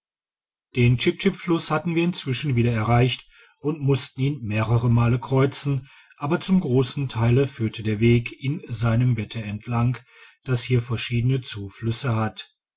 den chip chip fluss hatten wir inzwischen wieder erreicht und mussten ihn mehrere male kreuzen aber zum grossen teile führte der weg in seinem bette entlang das hier verschiedene zuflüsse hat